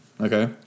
Okay